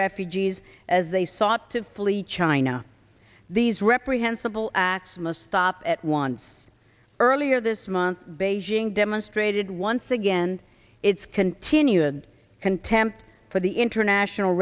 refugees as they sought to flee china these reprehensible acts must stop at once earlier this month beijing demonstrated once again its continued contempt for the international